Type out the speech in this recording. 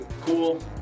cool